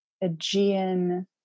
Aegean